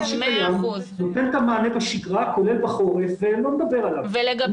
מה שקיים נותן את המענה בשגרה כולל בחורף ואני לא מדבר עליו,